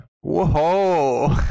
Whoa